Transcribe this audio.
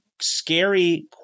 scary